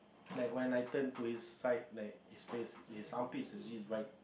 like when I turn to his side like his face his armpit is actually right